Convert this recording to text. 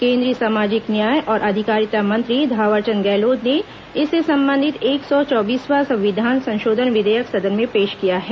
केंद्रीय सामाजिक न्याय और अधिकारिता मंत्री थावरचंद गहलोत ने इससे संबंधित एक सौ चौबीसवां संविधान संशोधन विधेयक सदन में पेश किया है